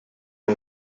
byo